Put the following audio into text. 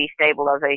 destabilization